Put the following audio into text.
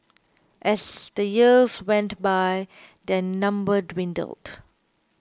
as the years went by their number dwindled